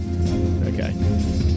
okay